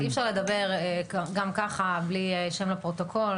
אי אפשר לדבר ככה, בלי שם לפרוטוקול.